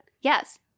Yes